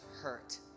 hurt